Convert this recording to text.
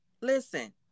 Listen